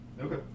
Okay